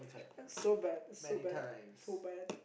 that's so bad is so bad so bad